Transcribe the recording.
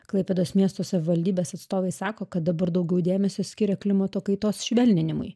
klaipėdos miesto savivaldybės atstovai sako kad dabar daugiau dėmesio skiria klimato kaitos švelninimui